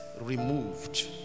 removed